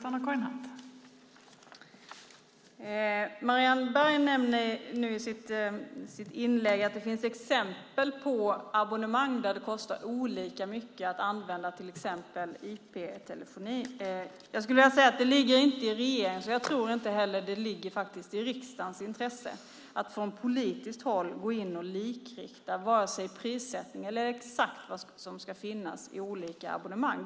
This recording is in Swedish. Fru talman! Marianne Berg nämnde i sitt inlägg att det finns exempel på abonnemang där det kostar olika mycket att använda till exempel IP-telefoni. Men det ligger inte i regeringens intresse, och jag tror inte heller att det ligger i riksdagens intresse, att från politiskt håll gå in och likrikta vare sig prissättning eller exakt vad som ska finnas i olika abonnemang.